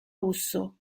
russo